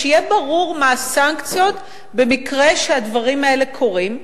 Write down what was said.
שיהיה ברור מה הסנקציות במקרה שהדברים האלה קורים.